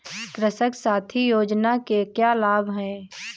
कृषक साथी योजना के क्या लाभ हैं?